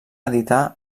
editar